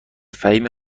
فهیمه